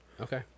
Okay